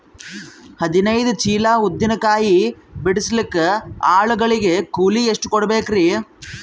ಹದಿನೈದು ಚೀಲ ಉದ್ದಿನ ಕಾಯಿ ಬಿಡಸಲಿಕ ಆಳು ಗಳಿಗೆ ಕೂಲಿ ಎಷ್ಟು ಕೂಡಬೆಕರೀ?